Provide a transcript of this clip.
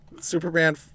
Superman